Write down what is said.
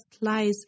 lies